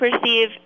perceive